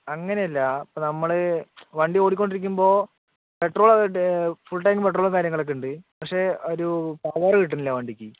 അങ്ങനെയല്ല ഇപ്പൊൾ നമ്മൾ ഓടിക്കൊണ്ടിരിക്കുമ്പോൾ പെട്രോൾ ഫുൾ ടാങ്ക് പെട്രോൾ കാര്യങ്ങളളോക്കെയുണ്ട് പക്ഷെയൊരു ഒരു പവർ കിട്ടുന്നില്ല വണ്ടിക്ക്